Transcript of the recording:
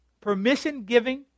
permission-giving